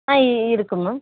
ஆ இருக்குது மேம்